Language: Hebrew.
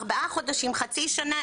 ארבעה חודשים חצי שנה,